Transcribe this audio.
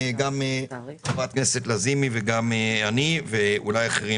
גם חברת הכנסת לזימי וגם אני ואולי אחרים,